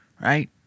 Right